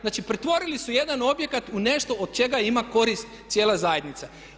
Znači, pretvorili su jedan objekt u nešto od čega ima koristi cijela zajednica.